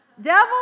devil